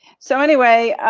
so anyway,